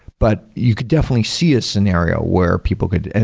but you could definitely see a scenario where people could, and